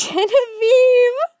Genevieve